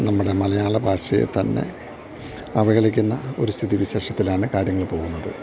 നമ്മുടെ മലയാള ഭാഷയെത്തന്നെ അവഹേളിക്കുന്ന ഒരു സ്ഥിതിവിശേഷത്തിലാണു കാര്യങ്ങൾ പോകുന്നത്